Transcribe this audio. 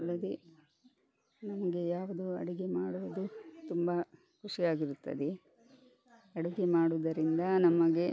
ಅಲ್ಲದೆ ನಮಗೆ ಯಾವುದು ಅಡುಗೆ ಮಾಡುವುದು ತುಂಬ ಖುಷಿಯಾಗಿರುತ್ತದೆ ಅಡುಗೆ ಮಾಡುವುದರಿಂದ ನಮಗೆ